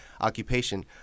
occupation